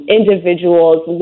individuals